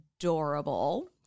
adorable